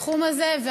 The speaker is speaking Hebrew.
בתחום הזה,